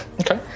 Okay